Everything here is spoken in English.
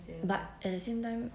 but at the same time